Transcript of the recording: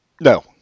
No